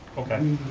okay,